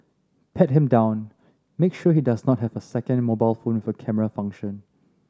pat him down make sure he does not have a second mobile phone with a camera function